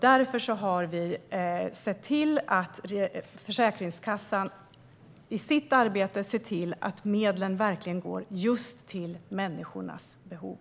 Därför har vi sett till att Försäkringskassan i sitt arbete ska se till att medlen verkligen går just till människornas behov.